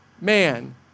man